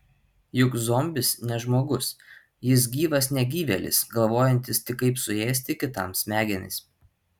juk zombis ne žmogus jis gyvas negyvėlis galvojantis tik kaip suėsti kitam smegenis